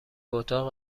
اتاق